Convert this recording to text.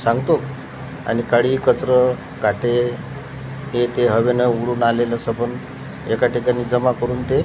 सांगतो आणि काडी कचरं काटे हे ते हवेनं उडून आलेलं सबंध एका ठिकाणी जमा करून ते